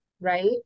right